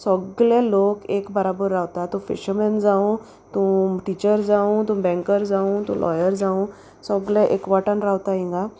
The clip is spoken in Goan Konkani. सोगले लोक एक बाराबोर रावता तूं फिशरमॅन जावं तूं टिचर जावं तूं बँकर जावं तूं लॉयर जावं सोगले एकवोठान रावताय हिंगा